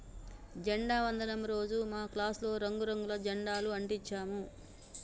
జెండా వందనం రోజు మా క్లాసులో రంగు రంగుల జెండాలు అంటించాము